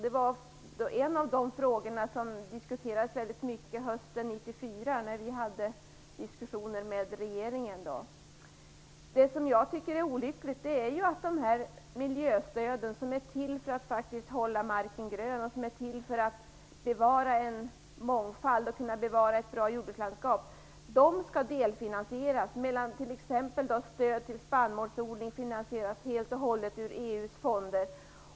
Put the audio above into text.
Det var en av de frågor som diskuterades mycket hösten 1994 när vi hade diskussioner med regeringen. Det jag tycker är olyckligt är att miljöstöden, som är till för att hålla marken grön och för att bevara en mångfald och ett bra jordbrukslandskap, skall delfinansieras. Stöd till exempelvis spannmålsodling finansieras däremot nästan helt och hållet ur EU:s fonder.